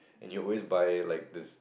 and you always buy like this